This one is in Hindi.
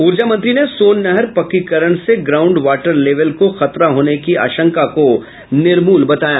ऊर्जा मंत्री ने सोन नहर पक्कीकरण से ग्राउंड वाटर लेवल को खतरा होने की आशंका को निर्मूल बताया